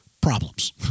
problems